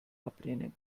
ablehnen